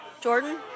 Jordan